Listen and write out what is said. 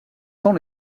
sans